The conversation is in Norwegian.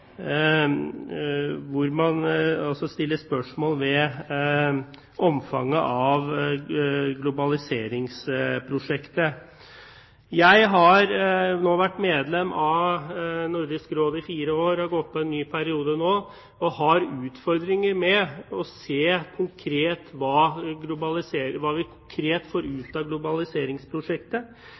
hvor man stiller spørsmål ved omfanget av globaliseringsprosjektet. Jeg har nå vært medlem av Nordisk Råd i fire år og har nå gått på en ny periode, og jeg har problemer med å se hva vi konkret får ut av globaliseringsprosjektet.